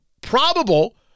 probable